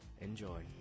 Enjoy